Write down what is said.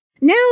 Now